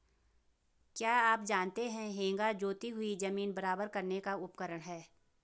क्या आप जानते है हेंगा जोती हुई ज़मीन बराबर करने का उपकरण है?